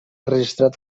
registrat